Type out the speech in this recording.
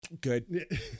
Good